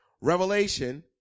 Revelation